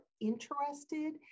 interested